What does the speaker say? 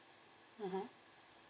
mmhmm